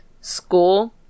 school